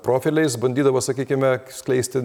profiliais bandydavo sakykime skleisti